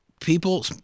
people